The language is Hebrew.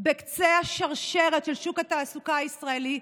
בקצה השרשרת של שוק התעסוקה הישראלי,